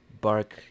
bark